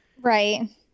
right